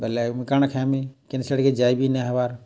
ବେଲେ ମୁଇଁ କା'ଣା ଖାଏମି କେନ୍ସି ଆଡ଼୍କେ ଯାଇବି ନାଇଁ ହେବାର୍